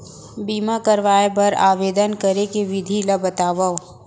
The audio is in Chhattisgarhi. बीमा करवाय बर आवेदन करे के विधि ल बतावव?